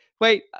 Wait